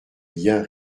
bien